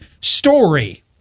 story